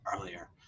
earlier